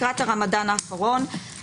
לקראת הרמדאן האחרון,